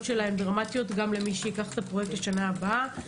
שלה הן דרמטיות גם למי שייקח את הפרויקט בשנה הבאה.